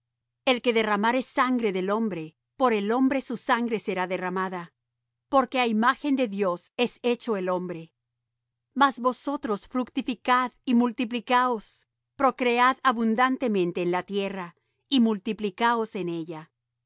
el que derramare sangre del hombre por el hombre su sangre será derramada porque á imagen de dios es hecho el hombre mas vosotros fructificad y multiplicaos procread abundantemente en la tierra y multiplicaos en ella